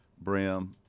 brim